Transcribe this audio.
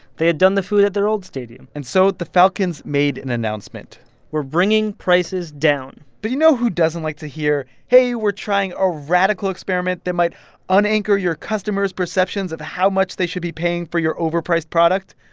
they had done the food at their old stadium and so the falcons made an announcement we're bringing prices down but you know who doesn't like to hear, hey, we're trying a radical experiment that might unanchor your customers' perceptions of how much they should be paying for your overpriced product?